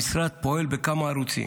המשרד פועל בכמה ערוצים.